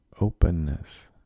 openness